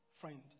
friend